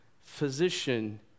physician